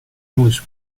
english